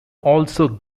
also